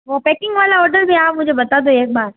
वो पैकिंग वाला ऑर्डर भी आप मुझे बता दो एक बार